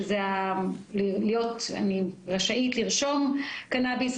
זו צריכה להיות הסמכות המוסדית,